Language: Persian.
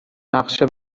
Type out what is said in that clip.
نقشه